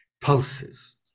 pulses